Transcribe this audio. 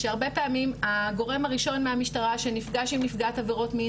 שהרבה פעמים הגורם הראשון מהמשטרה שנפגש עם נפגעת עבירות מין